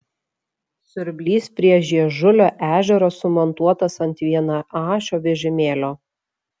siurblys prie žiežulio ežero sumontuotas ant vienaašio vežimėlio